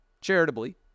Charitably